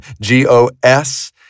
G-O-S